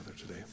today